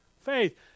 faith